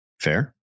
Fair